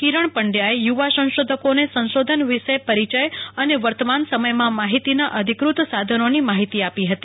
કિરણ પંડયાએ યુ વા સંશોધકોને સંશોધન પરિયય અને વર્તમાન સમયમાં માહિતીના અધિકૃત સાધનોની માહિતી આપી હતી